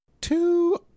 Two